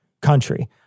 country